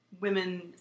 women